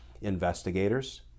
investigators